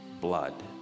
blood